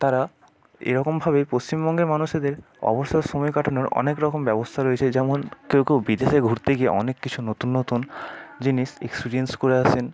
তারা এরকমভাবেই পশ্চিমবঙ্গের মানুষেদের অবসর সময় কাটানোর অনেক রকম ব্যবস্থা রয়েছে যেমন কেউ কেউ বিদেশে ঘুরতে গিয়ে অনেক কিছু নতুন নতুন জিনিস এক্সপিরিয়েন্স করে আসেন